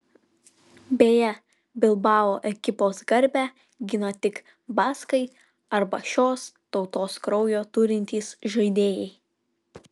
beje bilbao ekipos garbę gina tik baskai arba šios tautos kraujo turintys žaidėjai